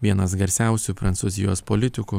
vienas garsiausių prancūzijos politikų